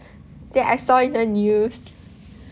that I saw in the news